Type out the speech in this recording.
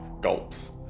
gulps